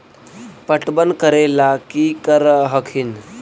पटबन करे ला की कर हखिन?